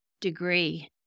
degree